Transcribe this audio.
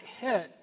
hit